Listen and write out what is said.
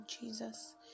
Jesus